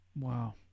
Wow